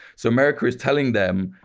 so america is telling them,